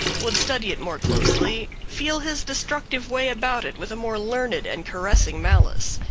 would study it more closely, feel his destructive way about it with a more learned and caressing malice.